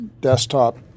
desktop